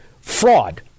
fraud